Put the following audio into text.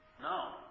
No